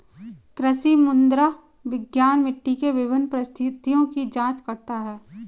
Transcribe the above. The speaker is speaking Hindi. कृषि मृदा विज्ञान मिट्टी के विभिन्न परिस्थितियों की जांच करता है